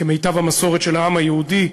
כמיטב המסורת של העם היהודי,